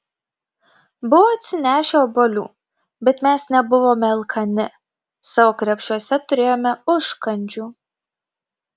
buvo atsinešę obuolių bet mes nebuvome alkani savo krepšiuose turėjome užkandžių